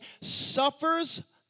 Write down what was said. suffers